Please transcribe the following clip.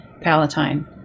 Palatine